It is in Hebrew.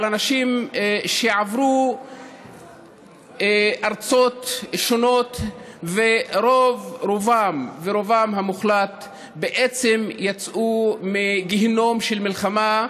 על אנשים שעברו ארצות שונות ורובם המוחלט יצאו מגיהינום של מלחמה,